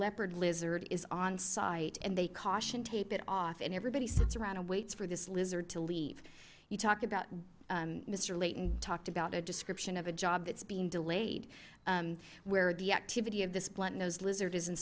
leopard lizard is on site and they cautiontape it off and everybody sits around and waits for this lizard to leave you talk about mister layton talked about a description of a job that's being delayed where the activity of this bluntnosed lizard is